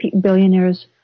billionaires